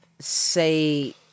say